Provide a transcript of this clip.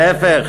להפך,